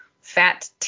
fat